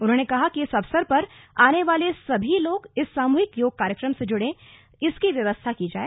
उन्होंने कहा कि इस अवसर पर आने वाले सभी लोग इस सामुहिक योग कार्यक्रम से जुड़ सके इसकी व्यवस्था की जाय